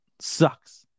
sucks